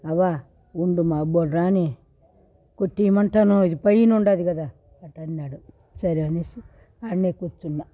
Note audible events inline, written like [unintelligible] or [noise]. అవ్వ ఉండు మా [unintelligible] రాని కొట్టి ఇమ్మంటాను ఇది పైనుండాది కదా అట్టఅన్నాడు సరే అనేసి ఆన్నే కూర్చున్న